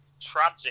tragic